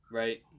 right